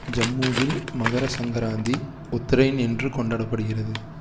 ஜம்முவில் மகர சங்கராந்தி உத்ரெய்ன் என்று கொண்டாடப்படுகிறது